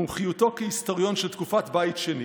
מומחיותו כהיסטוריון של תקופת בית שני